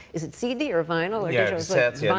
is it cd or vinyl or yeah yeah